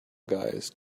guys